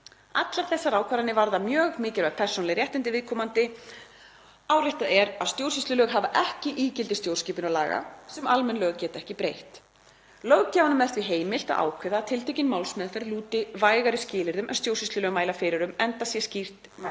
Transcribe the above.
Allar þessar ákvarðanir varða mjög mikilvæg persónuleg réttindi viðkomandi. Áréttað er að stjórnsýslulög hafa ekki ígildi stjórnskipunarlaga sem almenn lög geta ekki breytt. Löggjafanum er því heimilt að ákveða að tiltekin málsmeðferð lúti vægari skilyrðum en stjórnsýslulög mæla fyrir um, enda sé skýrt mælt